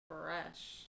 fresh